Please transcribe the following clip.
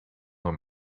nur